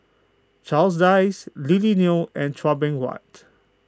Charles Dyce Lily Neo and Chua Beng Huat